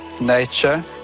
nature